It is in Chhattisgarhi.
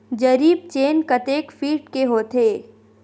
जरीब चेन कतेक फीट के होथे?